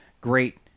great